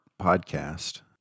podcast